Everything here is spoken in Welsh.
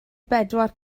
bedwar